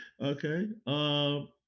Okay